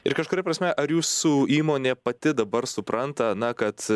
ir kažkuria prasme ar jūsų įmonė pati dabar supranta na kad